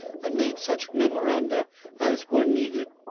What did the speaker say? and made such memoranda as were needed.